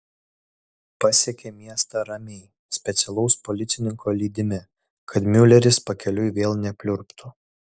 pasiekė miestą ramiai specialaus policininko lydimi kad miuleris pakeliui vėl nepliurptų